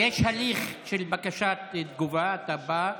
יש הליך של בקשת תגובה: אתה בא,